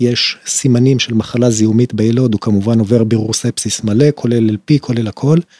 יש סימנים של מחלה זיהומית בילוד, הוא כמובן עובר בירור ספסיס מלא, כולל LP, כולל הכל.